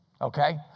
Okay